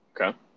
Okay